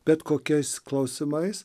bet kokiais klausimais